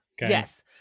Yes